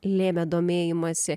lėmė domėjimąsi